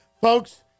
Folks